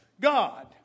God